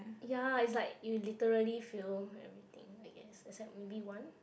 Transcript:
ya is like you literally fail everything I guess except maybe one